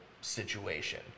situation